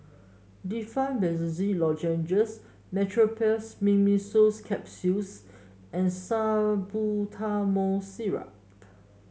Difflam Benzydamine Lozenges Meteospasmyl Simeticone Capsules and Salbutamol Syrup